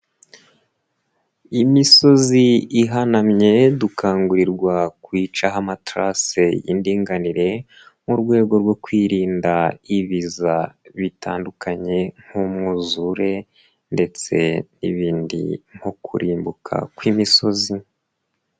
Imisozi ihanamye dukangurirwa kwiyicaho amatarasi y'indinganire mu rwego rwo kwirinda ibiza bitandukanye nk'umwuzure ndetse n'ibindi nko kurimbuka kw'imisozi.